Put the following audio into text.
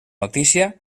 notícia